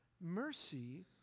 mercy